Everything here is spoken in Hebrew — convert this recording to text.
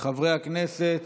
חברי הכנסת